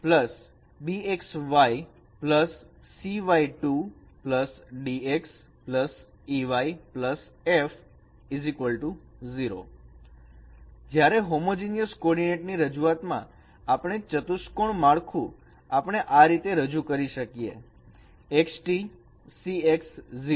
ax2 bxy cy2 dx ey f 0 જ્યારે homogeneous coordinate ની રજૂઆતમાં આપણે ચતુષ્કોણ માળખું આપણે આ રીતે રજૂ કરી શકીએ છીએ X T CX 0